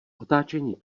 otáčení